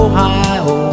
Ohio